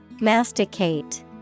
Masticate